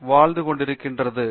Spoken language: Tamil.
பேராசிரியர் பிரதாப் ஹரிதாஸ் சரி